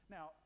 Now